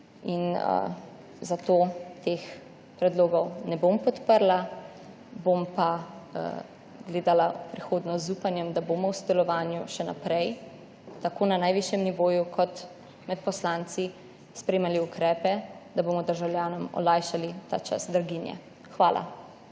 in zato teh predlogov ne bom podprla, bom pa gledala v prihodnost z upanjem, da bomo v sodelovanju še naprej tako na najvišjem nivoju kot med poslanci spremljali ukrepe, da bomo državljanom olajšali ta čas draginje. Hvala.